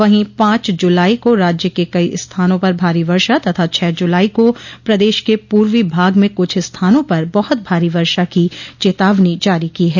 वहीं पांच जुलाई को राज्य के कई स्थानों पर भारी वर्षा तथा छह जुलाई को प्रदेश के पूर्वी भाग में कुछ स्थानों पर बहुत भारी वर्षा की चेतावनी जारी की है